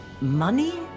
money